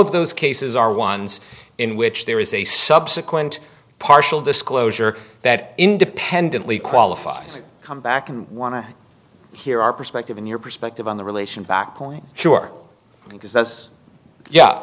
of those cases are ones in which there is a subsequent partial disclosure that independently qualifies come back in one here our perspective and your perspective on the relation back point sure because that's